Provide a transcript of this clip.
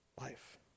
life